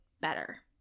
better